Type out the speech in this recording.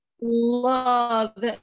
love